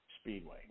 Speedway